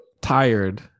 tired